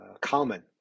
Common